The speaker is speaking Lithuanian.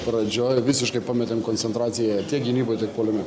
pradžioj visiškai pametėm koncentraciją tiek gynyboje tiek puolime